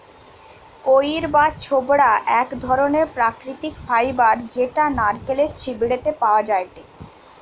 কইর বা ছোবড়া এক ধরণের প্রাকৃতিক ফাইবার যেটা নারকেলের ছিবড়ে তে পাওয়া যায়টে